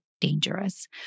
dangerous